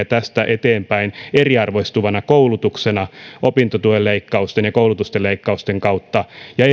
tästä eteenpäin eriarvoistuvana koulutuksena opintotuen leikkausten ja koulutuksen leikkausten kautta ja